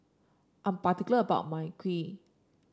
I'm particular about my Kheer